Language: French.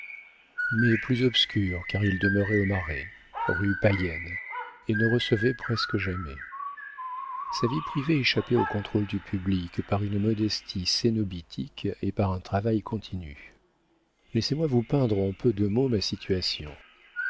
mais plus obscure car il demeurait au marais rue payenne et ne recevait presque jamais sa vie privée échappait au contrôle du public par une modestie cénobitique et par un travail continu laissez-moi vous peindre en peu de mots ma situation